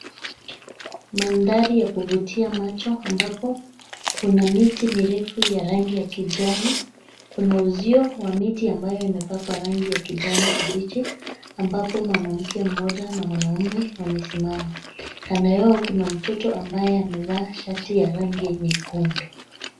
Mandhari ya kuvutia macho ambapo kuna miti mirefu ya rangi ya kijani, kuna uzio wa miti ambayo imepakwa rangi ya kijani kibichi ambapo mwanamke mmoja na mwanaume wamesimama. Kando yao kuna mtoto ambaye amevaa shati ya rangi nyekundu.